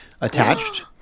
attached